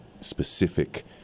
specific